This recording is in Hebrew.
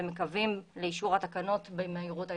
ומקווים לאישור התקנות במהירות האפשרית.